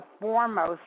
foremost